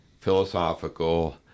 philosophical